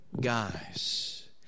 guys